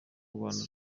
rwanda